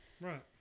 Right